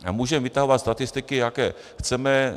A můžeme vytahovat statistiky, jaké chceme.